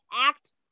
act